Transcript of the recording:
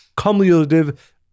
cumulative